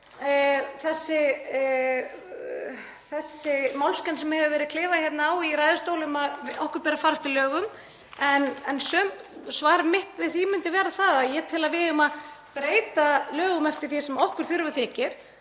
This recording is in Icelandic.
þessi málsgrein sem hefur verið klifað á í ræðustól um að okkur beri að fara eftir lögum — svar mitt við því myndi vera að ég tel að við eigum að breyta lögum eftir því sem okkur þykir